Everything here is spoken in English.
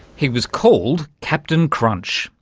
he was called captain crunch.